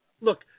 Look